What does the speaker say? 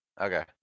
Okay